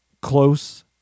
close